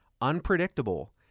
unpredictable